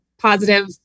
positive